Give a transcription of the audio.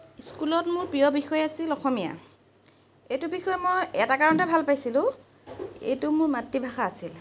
স্কুলত মোৰ প্ৰিয় বিষয় আছিল অসমীয়া এইটো বিষয় মই এটা কাৰনতে ভাল পাইছিলোঁ এইটো মোৰ মাতৃভাষা আছিল